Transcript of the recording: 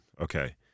okay